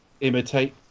imitate